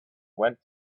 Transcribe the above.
went